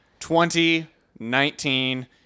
2019